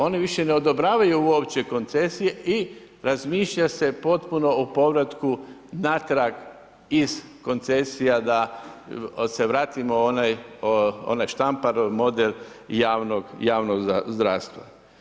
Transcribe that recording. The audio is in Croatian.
Oni više ne odobravaju uopće koncesije i razmišlja se potpuno o povratku natrag iz koncesija da se vratimo u onaj Štampar model javnog zdravstva.